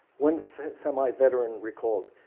one so semai veteran recalled,